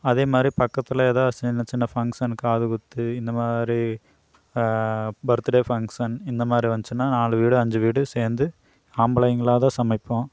அதே மாதிரி பக்கத்தில் எதா சின்ன சின்ன ஃபங்க்சன் காதுகுத்து இந்த மாதிரி பர்த்துடே ஃபங்க்சன் இந்த மாதிரி வந்துச்சின்னா நாலு வீடு அஞ்சு வீடு சேர்ந்து ஆம்பளைங்களாக தான் சமைப்போம்